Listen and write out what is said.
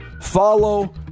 follow